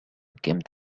came